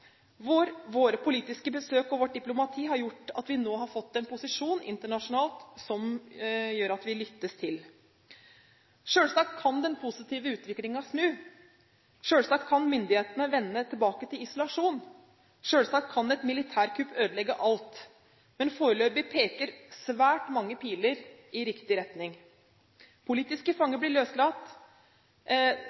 Våre politiske besøk og vårt diplomati har gjort at vi nå har fått en posisjon internasjonalt som gjør at vi lyttes til. Selvsagt kan den positive utviklingen snu, selvsagt kan myndighetene vende tilbake til isolasjon, selvsagt kan et militærkupp ødelegge alt. Men foreløpig peker svært mange piler i riktig retning: Politiske fanger blir løslatt,